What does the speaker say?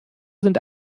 sind